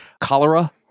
cholera